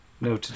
No